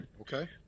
Okay